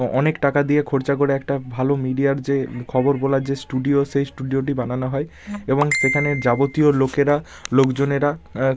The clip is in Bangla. অনেক টাকা দিয়ে খরচা করে একটা ভালো মিডিয়ার যে খবর বলার যে স্টুডিও সেই স্টুডিওটি বানানো হয় এবং সেখানে যাবতীয় লোকেরা লোকজনেরা